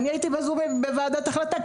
אני הייתי בזום בוועדת החלטה,